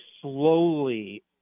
slowly